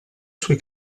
sui